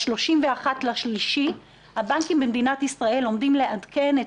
ב-31 במרץ הבנקים במדינת ישראל עומדים לעדכן את